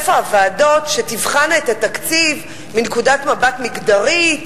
איפה הוועדות שתבחנה את התקציב מנקודת מבט מגדרית,